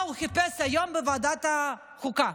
מה הוא חיפש היום בוועדת החוקה,